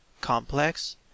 complex